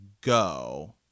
go